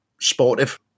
sportive